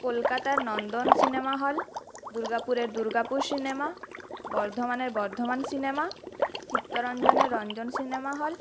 কলকাতার Nandan cinema hall দূর্গাপুরের Durgapur cinema বর্ধমানের বর্ধমান সিনেমা চিত্তরঞ্জনের রঞ্জন সিনেমা হল